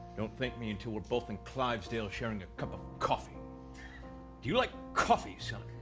don't thank me until we're both in clivesdale sharing a cup of coffee do you like coffee son?